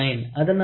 அதனால் அது 55